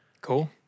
Cool